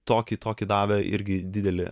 tokį tokį davė irgi didelį